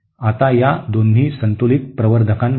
आता या दोन्ही संतुलित प्रवर्धकांमध्ये